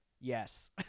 yes